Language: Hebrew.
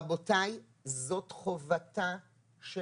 רבותיי, זאת חובתה של